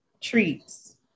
treats